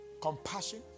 compassion